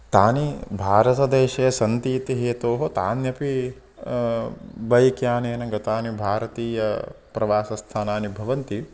तानि भारतदेशे सन्ति इति हेतोः तान्यपि बैक् यानेन गतानि भारतीयप्रवासस्थानानि भवन्ति